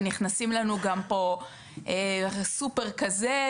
ונכנסים לנו גם פה סופר כזה,